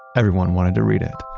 everyone wanted to read it.